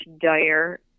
dire